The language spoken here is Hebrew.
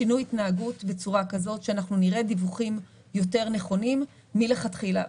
שינוי התנהגות בצורה כזאת שאנחנו נראה דיווחים יותר נכונים מלכתחילה.